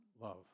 love